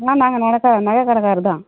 ஆமாங்க நடக்க நகை கடைக்காரர் தான்